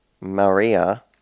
Maria